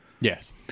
Yes